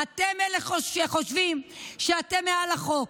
אתם אלה שחושבים שאתם מעל החוק.